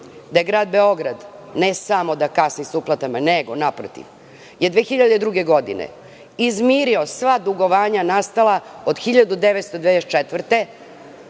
da Grad Beograd ne samo da kasni sa uplatama, nego, naprotiv je 2002. godine je izmirio sva dugovanja nastala od 1994.